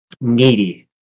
needy